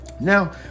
Now